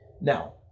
Now